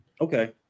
Okay